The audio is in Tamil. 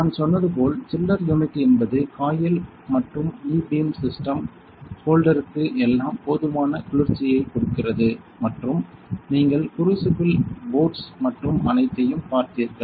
நான் சொன்னது போல் சில்லர் யூனிட் என்பது காயில் மற்றும் E பீம் சிஸ்டம் ஹோல்டருக்கு எல்லாம் போதுமான குளிர்ச்சியை கொடுக்கிறது மற்றும் நீங்கள்குரூசிபிளில் போட்ஸ் மற்றும் அனைத்தையும் பார்த்தீர்கள்